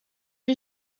wie